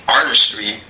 artistry